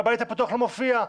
הבית הפתוח לא מופיע.